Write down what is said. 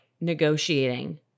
negotiating